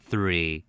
Three